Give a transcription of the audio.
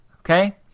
okay